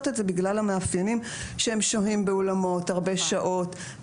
את זה בגלל המאפיינים שהם שוהים באולמות הרבה שעות,